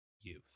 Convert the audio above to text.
youth